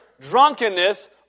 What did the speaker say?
drunkenness